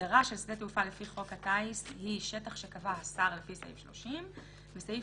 הגדרה של "שדה תעופה" לפי חוק הטיס היא "שטח שקבע השר לפי סעיף 30". וסעיף